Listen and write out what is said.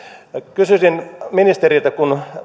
kysyisin ministeriltä kun